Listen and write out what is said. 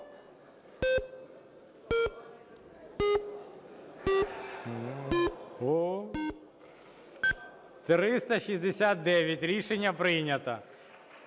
За-369 Рішення прийнято.